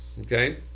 okay